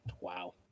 Wow